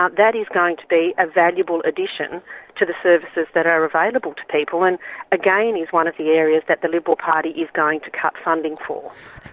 um that is going to be a valuable addition to the services that are available to people. and again is one of the areas that the liberal party is going to cut funding for.